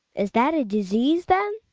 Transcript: is that a disease then?